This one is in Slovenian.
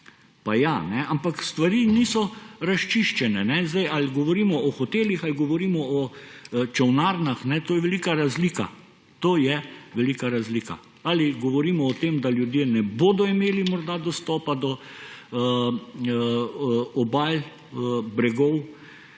pa ja. Ampak stvari niso razčiščene. Ali govorimo o hotelih ali govorimo o čolnarnah, to je velika razlika. To je velika razlika. Ali govorimo o tem, da ljudje ne bodo imeli morda dostopa do obal, bregov